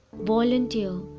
volunteer